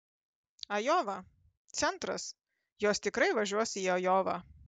ajova centras jos tikrai važiuos į ajovą